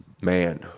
Man